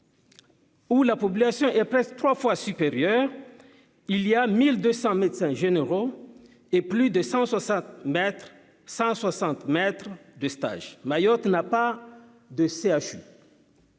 Où la population est presque 3 fois supérieure, il y a 1200 médecins généraux et plus de 160 mettre 160 maître de stage Mayotte n'a pas de CHU.